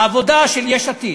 העבודה של יש עתיד: